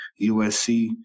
USC